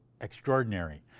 extraordinary